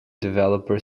developer